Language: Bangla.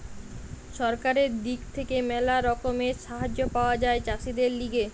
সরকারের দিক থেকে ম্যালা রকমের সাহায্য পাওয়া যায় চাষীদের লিগে